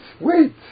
wait